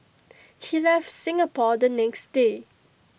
he left Singapore the next day